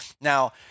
Now